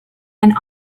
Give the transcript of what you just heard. and